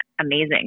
amazing